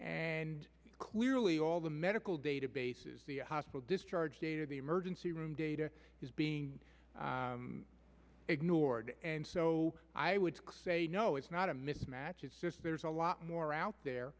and clearly all the medical databases the hospital discharge the emergency room data is being ignored and so i would say no it's not a mismatch it's just there's a lot more out there